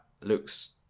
looks